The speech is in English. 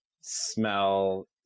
smell